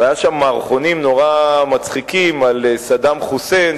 והיו שם מערכונים נורא מצחיקים על סדאם חוסיין,